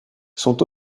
sont